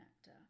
actor